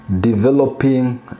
developing